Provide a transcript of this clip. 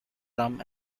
rum